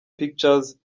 pictures